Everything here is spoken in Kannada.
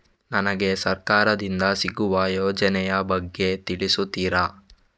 ನನಗೆ ಸರ್ಕಾರ ದಿಂದ ಸಿಗುವ ಯೋಜನೆ ಯ ಬಗ್ಗೆ ತಿಳಿಸುತ್ತೀರಾ?